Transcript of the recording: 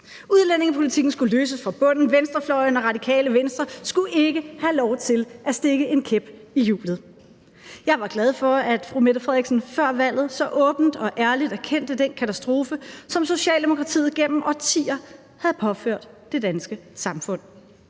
Udlændingepolitikken skulle løses fra bunden. Venstrefløjen og Radikale Venstre skulle ikke have lov til at stikke en kæp i hjulet. Jeg var glad for, at fru Mette Frederiksen før valget så åbent og ærligt erkendte den katastrofe, som Socialdemokratiet gennem årtier havde påført det danske samfund.